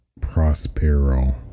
prospero